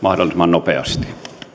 nopeasti